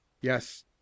Yes